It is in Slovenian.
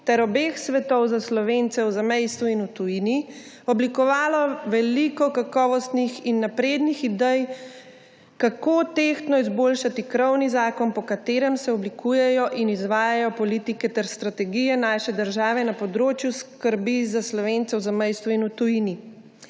ter obeh svétov za Slovence v zamejstvu in v tujini oblikovalo veliko kakovostnih in naprednih idej, kako tehtno izboljšati krovni zakon, po katerem se oblikujejo in izvajajo politike ter strategije naše države na področju skrbi za Slovence v zamejstvu in v tujini.